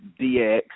DX